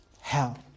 hell